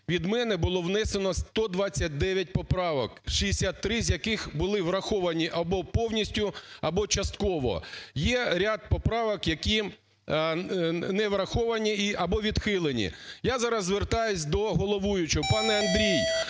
від мене було внесено 129 поправок, 63 з яких були враховані або повністю або частково, є ряд поправок, які не враховані або відхилені. Я зараз звертаюсь до головуючого. Пане, Андрій,